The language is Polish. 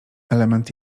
element